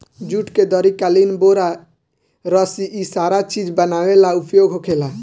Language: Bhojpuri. जुट के दरी, कालीन, बोरा, रसी इ सारा चीज बनावे ला उपयोग होखेला